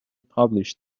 published